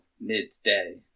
midday